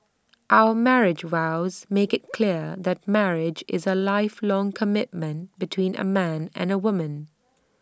our marriage vows make IT clear that marriage is A lifelong commitment between A man and A woman